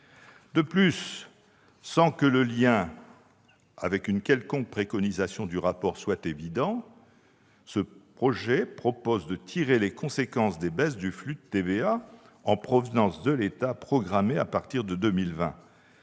De plus, sans que le lien avec une quelconque préconisation du rapport soit évident, le PLFSS propose de tirer les conséquences des baisses de flux de TVA en provenance de l'État programmées à partir de 2020,